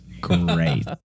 great